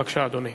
בבקשה, אדוני.